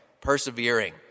Persevering